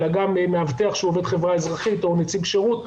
אלא גם מאבטח שהוא עובד חברה אזרחית או נציג שירות,